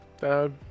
Bad